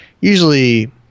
usually